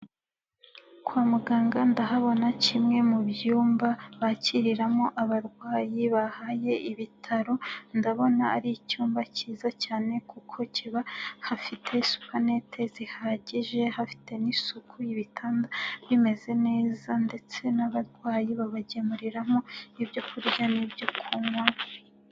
Kwa muganga ndahabona kimwe mu byumba bakiriramo abarwayi bahaye ibitaro, ndabona ari icyumba kiza cyane kuko kiba hafite supaneti zihagije, hafite n'isuku y'ibitanda bimeze neza ndetse n'abarwayi babagemuriramo ibyo kurya n'ibyo kunywa.